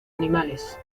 animales